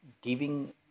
giving